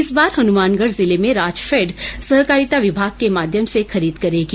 इस बार हनुमानगढ़ जिले में राजफैड सहकारिता विभाग के माध्यम से खरीद करेगी